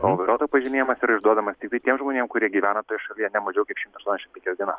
o vairuotojo pažymėjimas yra išduodamas tiktai tiem žmonėm kurie gyvena toje šalyje ne mažiau kaip šimtą aštuoniasdešim penkias dienas